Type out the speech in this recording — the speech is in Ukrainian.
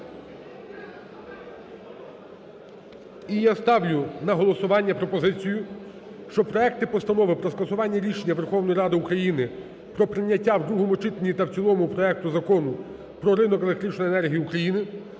І я ставлю на голосування пропозицію, щоб проекти Постанов про скасування рішення Верховної Ради України про прийняття у другому читанні та в цілому проекту Закону про ринок електричної енергії України